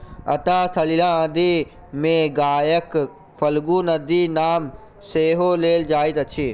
अंतः सलिला नदी मे गयाक फल्गु नदीक नाम सेहो लेल जाइत अछि